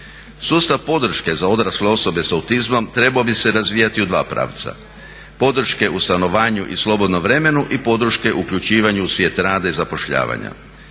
Sustav podrške za odrasle osobe s autizmom trebao bi se razvijati u dva pravca: podrške u stanovanju i slobodnom vremenu i podrške u uključivanju u svijet rada i zapošljavanja.